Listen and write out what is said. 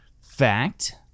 Fact